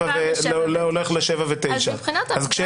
זה הולך לשבע שנים ותשע שנים.